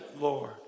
Lord